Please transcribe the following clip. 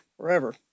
Forever